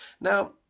Now